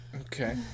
Okay